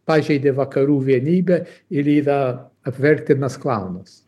pažeidė vakarų vienybę ir yra apverktinas klaunas